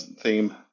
theme